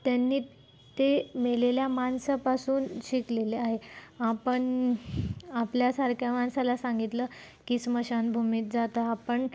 त्यांनी ते मेलेल्या माणसापासून शिकलेले आहे आपण आपल्यासारख्या माणसाला सांगितलं की स्मशान भूमीत जा तर आपण